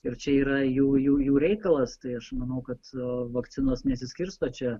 ir čia yra jų jų reikalas tai aš manau kad nuo vakcinos nesiskirsto čia